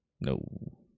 No